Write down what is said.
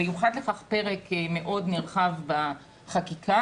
יוחד לכך פרק מאוד נרחב בחקיקה.